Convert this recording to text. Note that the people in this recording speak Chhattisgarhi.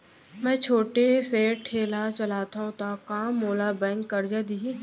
मैं छोटे से ठेला चलाथव त का मोला बैंक करजा दिही?